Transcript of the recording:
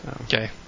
Okay